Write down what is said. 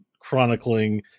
chronicling